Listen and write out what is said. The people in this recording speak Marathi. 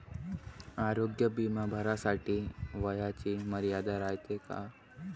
आरोग्य बिमा भरासाठी वयाची मर्यादा रायते काय?